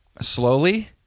slowly